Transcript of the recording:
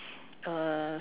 err